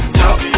top